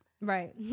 right